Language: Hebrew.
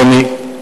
העוני,